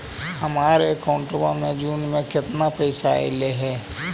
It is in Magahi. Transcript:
हमर अकाउँटवा मे जून में केतना पैसा अईले हे?